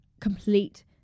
complete